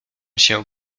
się